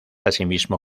asimismo